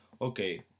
okay